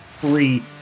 free